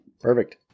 Perfect